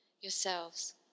yourselves